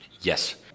yes